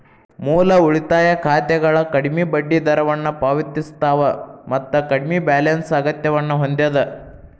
ಮೂಲ ಉಳಿತಾಯ ಖಾತೆಗಳ ಕಡ್ಮಿ ಬಡ್ಡಿದರವನ್ನ ಪಾವತಿಸ್ತವ ಮತ್ತ ಕಡ್ಮಿ ಬ್ಯಾಲೆನ್ಸ್ ಅಗತ್ಯವನ್ನ ಹೊಂದ್ಯದ